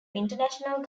international